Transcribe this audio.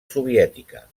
soviètica